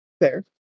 Fair